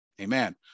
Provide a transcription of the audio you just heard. Amen